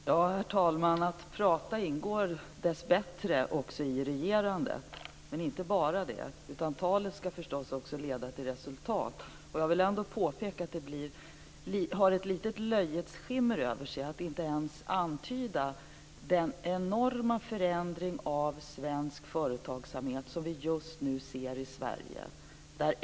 Herr talman! Att prata ingår dessbättre också i regerandet, men inte bara det. Talet skall förstås också leda till resultat. Jag vill ändå påpeka att det har ett litet löjets skimmer över sig att inte ens antyda den enorma förändring av svensk företagsamhet som vi just nu ser i Sverige.